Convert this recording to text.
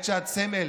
האמת שאת סמל,